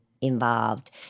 involved